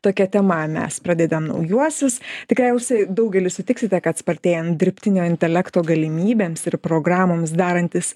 tokia tema mes pradedam naujuosius tikriausiai daugelis sutiksite kad spartėjan dirbtinio intelekto galimybėms ir programoms darantis